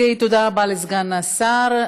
תודה רבה לסגן השר.